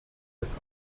des